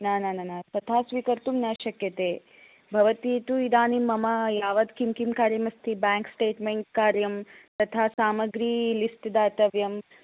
न न न न तथा स्वीकर्तुं न शक्यते भवती तु इदानीं मम यावत् किं किं कार्यमस्ति बेङ्क् स्टेट्मेण्ट् कार्यं तथा समग्री लिस्ट् दातव्यं पुनः